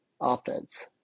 offense